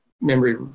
memory